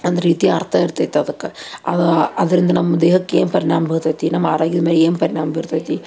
ಒಂದು ರೀತಿ ಅರ್ಥ ಇರ್ತಿತ್ತು ಅದಕ್ಕೆ ಅದು ಅದರಿಂದ ನಮ್ಮ ದೇಹಕ್ಕೆ ಏನು ಪರಿಣಾಮ ಬೀರ್ತೈತಿ ನಮ್ಮ ಆರೋಗ್ಯದ ಮೇಲೆ ಏನು ಪರಿಣಾಮ ಬೀರ್ತೈತಿ